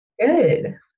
Good